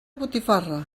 botifarra